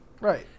Right